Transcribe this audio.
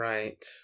Right